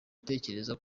atekereza